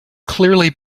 clearly